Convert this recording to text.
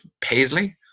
Paisley